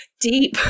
deep